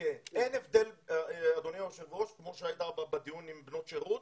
שזכו למענק של 12,000 שקל במצטבר.